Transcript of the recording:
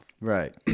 Right